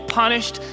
punished